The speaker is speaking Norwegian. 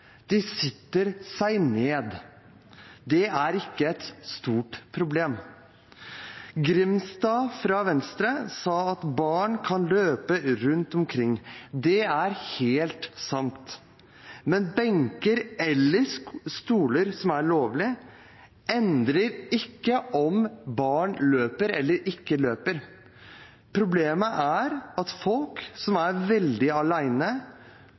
de setter seg ned. Dette er ikke et stort problem. Representanten Grimstad fra Venstre sa at barn kan løpe rundt omkring. Det er helt sant. Men benker eller stoler, som er lovlig, endrer ikke på om barn løper eller ikke løper. Saken er at folk som er veldig